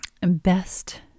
best